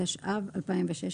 התשע"ו-2016,